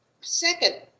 Second